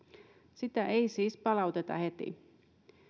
sitä ei siis palauteta heti